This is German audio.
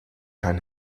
kein